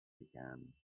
began